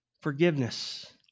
forgiveness